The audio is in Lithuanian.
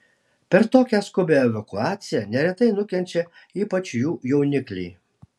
per tokią skubią evakuaciją neretai nukenčia ypač jų jaunikliai